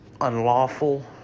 unlawful